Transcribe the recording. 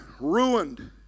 ruined